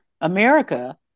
America